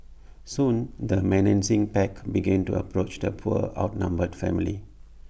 soon the menacing pack began to approach the poor outnumbered family